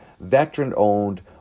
veteran-owned